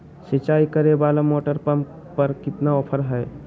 सिंचाई करे वाला मोटर पंप पर कितना ऑफर हाय?